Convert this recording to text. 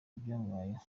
ibyamubayeho